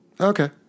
okay